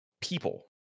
people